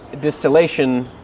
distillation